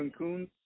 Cancun